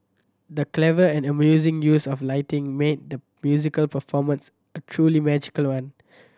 the clever and amazing use of lighting made the musical performance a truly magical one